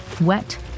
wet